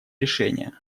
решение